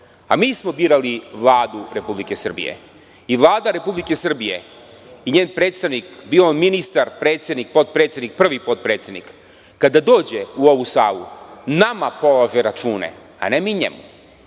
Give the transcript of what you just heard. a mi smo birali Vladu Republike Srbije i Vlada Republike Srbije i njen predstavnik, bio on ministar, predsednik, potpredsednik, prvi potpredsednik, kada dođe u ovu salu nama polaže račune, a ne mi njemu. On